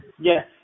Yes